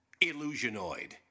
Illusionoid